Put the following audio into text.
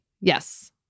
Yes